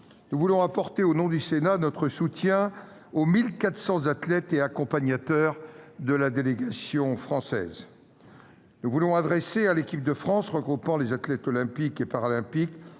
je veux apporter, au nom du Sénat, notre soutien aux 1 400 athlètes et accompagnateurs de la délégation française. Je veux adresser à l'équipe de France, à nos athlètes Olympiques et Paralympiques,